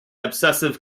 obsessive